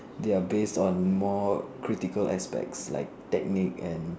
they are based on more critical aspect like technique and